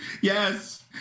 Yes